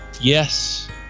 yes